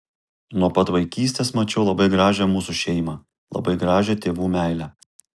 nuo pat vaikystės mačiau labai gražią mūsų šeimą labai gražią tėvų meilę